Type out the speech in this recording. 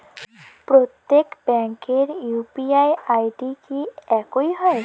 প্রত্যেক ব্যাংকের UPI ID কি একই হয়?